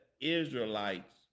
Israelites